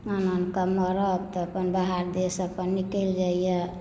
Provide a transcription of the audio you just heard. कोना कऽ मरब तऽ अपन बाहर देश अपन निकलि जाइए